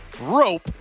rope